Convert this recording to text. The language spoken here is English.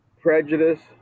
prejudice